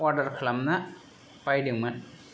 order खालामना बायदोंमोन